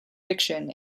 fiction